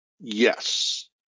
Yes